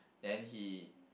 then he